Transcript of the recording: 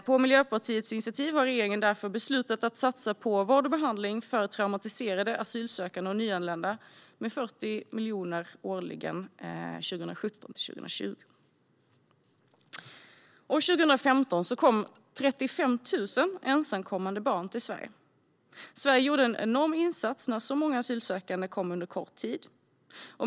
På Miljöpartiets initiativ har regeringen därför beslutat att satsa på vård och behandling för traumatiserade asylsökande och nyanlända med 40 miljoner årligen 2017-2020. År 2015 kom 35 000 ensamkommande barn till Sverige. Sverige gjorde en enorm insats när så många asylsökande kom under kort tid.